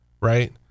right